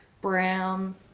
brown